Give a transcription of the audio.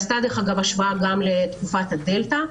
היא עשתה השוואה גם לתקופת הדלתא,